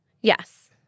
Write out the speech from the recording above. Yes